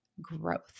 growth